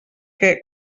que